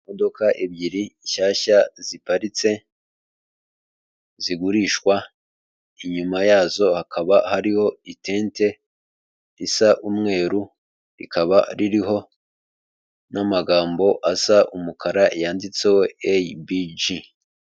Imodoka ebyiri shyashya ziparitse zigurishwa inyuma, yazo hakaba hariho itente risa umweru rikaba ririho n'amagambo asa umukara yanditseho eyibiji.